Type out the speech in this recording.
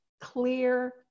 clear